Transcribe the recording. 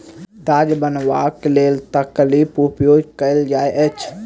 ताग बनयबाक लेल तकलीक उपयोग कयल जाइत अछि